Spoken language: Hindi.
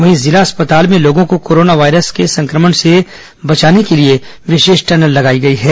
वहीं जिला चिकित्सालय में लोगों को कोरोना वायरस के संक्रमण से बचाने के लिए विशेष टनल लगाई गई है